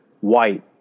White